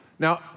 Now